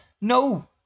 No